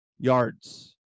yards